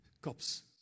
cops